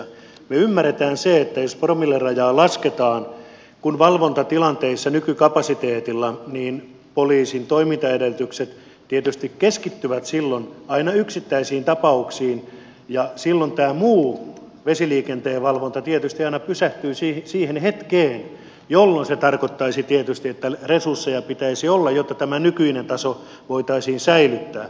me ymmärrämme sen että jos promillerajaa lasketaan valvontatilanteissa nykykapasiteetilla poliisin toimintaedellytykset tietysti keskittyvät silloin aina yksittäisiin tapauksiin ja silloin tämä muu vesiliikenteen valvonta tietysti aina pysähtyy siihen hetkeen jolloin se tarkoittaisi tietysti että resursseja pitäisi olla jotta tämä nykyinen taso voitaisiin säilyttää